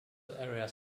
areas